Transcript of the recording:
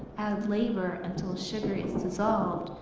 add labor until sugar is dissolved.